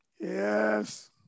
Yes